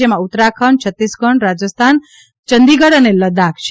જેમાં ઉત્તરાખંડ છત્તીસગઢ રાજસ્થાન ચંદીગઢ અને લદ્દાખ છે